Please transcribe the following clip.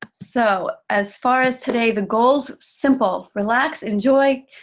so as far as today, the goal is simple. relax, enjoy,